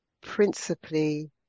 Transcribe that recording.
Principally